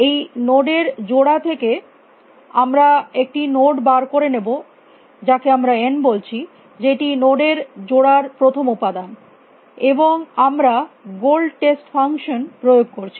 এই নোড এর জোড়া থেকে আমরা একটি নোডকে বার করে নেব যাকে আমরা n বলছি যেটি নোড এর জোড়ার প্রথম উপাদান এবং আমরা গোল টেস্ট ফাংশন প্রয়োগ করছি